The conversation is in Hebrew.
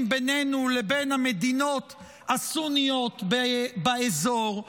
בינינו לבין המדינות הסוניות באזור?